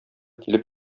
килеп